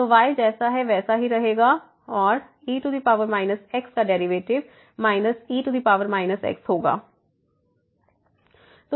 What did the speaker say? तो y जैसा है वैसा ही रहेगा और e x का डेरिवेटिव e x होगा